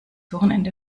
wochenende